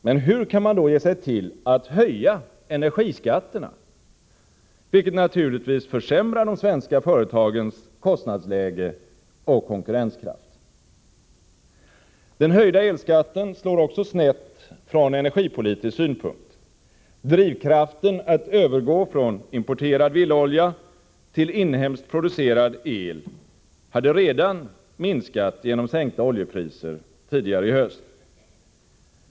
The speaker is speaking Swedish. Men hur kan man då ge sig till att höja energiskatterna, vilket naturligtvis försämrar de svenska företagens kostnadsläge och konkurrenskraft? Den höjda elskatten slår också snett från energipolitisk synpunkt. Drivkraften att övergå från importerad villaolja till inhemskt producerad el hade redan minskat genom sänkta oljepriser tidigare i höst.